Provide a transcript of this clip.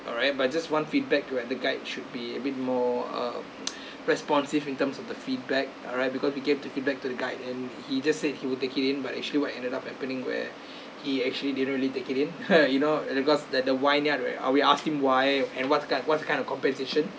alright but just one feedback to at the guide should be a bit more uh responsive in terms of the feedback alright because we get to feedback to the guide and he just said he will take it in but actually what ended up happening where he actually didn't really take it in you know because that the vineyard right ah we asked him why and what's the ki~ what's the kind of compensation